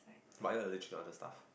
but are you allergic to other stuff